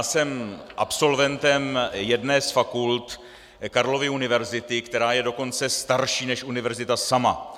Jsem absolventem jedné z fakult Karlovy univerzity, která je dokonce starší než univerzita sama.